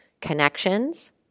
connections